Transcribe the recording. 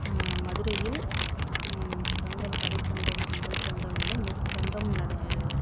மதுரையில் சங்கம் கடைச்சங்கம் முதல் சங்கம் என்று முச்சங்கம் நட